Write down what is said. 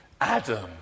Adam